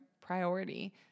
priority